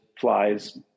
flies